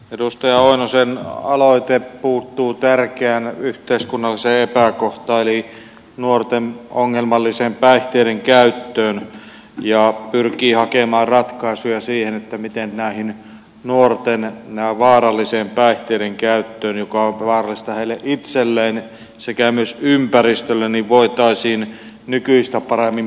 edustaja oinosen aloite puuttuu tärkeään yhteiskunnalliseen epäkohtaan eli nuorten ongelmalliseen päihteiden käyttöön ja pyrkii hakemaan ratkaisuja siihen miten tähän nuorten vaaralliseen päihteiden käyttöön joka on vaarallista heille itselleen sekä myös ympäristölle voitaisiin nykyistä paremmin puuttua